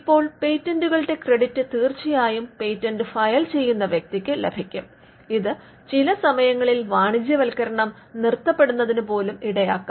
ഇപ്പോൾ പേറ്റന്റുകളുടെ ക്രെഡിറ്റ് തീർച്ചയായും പേറ്റന്റ് ഫയൽ ചെയ്യുന്ന വ്യക്തിക്ക് ലഭിക്കും ഇത് ചിലസമയങ്ങളിൽ വാണിജ്യവത്കരണം നിർത്തപ്പെടുന്നതിനു പോലും ഇടയാക്കാം